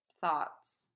thoughts